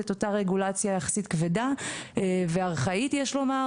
את אותה רגולציה יחסית כבדה וארכאית יש לומר.